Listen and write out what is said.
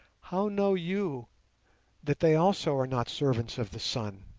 how know you that they also are not servants of the sun?